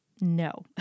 No